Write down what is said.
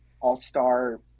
all-star